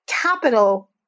capital